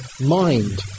mind